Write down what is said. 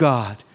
God